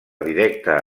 directa